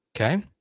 Okay